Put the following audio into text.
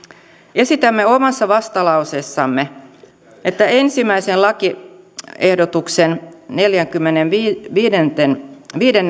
esitämme omassa vastalauseessamme että ensimmäisen lakiehdotuksen neljännenkymmenennenviidennen